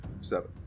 Seven